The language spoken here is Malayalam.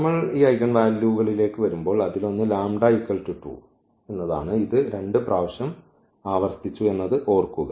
നമ്മൾ ഈ ഐഗൻ വാല്യൂകളിലേക്ക് വരുമ്പോൾ അതിലൊന്ന് λ 2 ഇത് 2 പ്രാവശ്യം ആവർത്തിച്ചു എന്നത് ഓർക്കുക